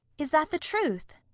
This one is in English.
is that the truth?